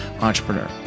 entrepreneur